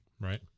Right